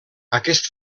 aquest